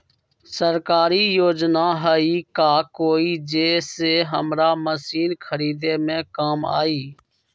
सरकारी योजना हई का कोइ जे से हमरा मशीन खरीदे में काम आई?